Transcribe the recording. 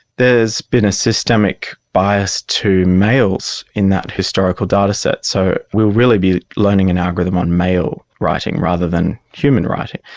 there's been a systemic bias to males in that historical data set. so we will really be learning an algorithm on male writing rather than human writing.